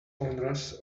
owners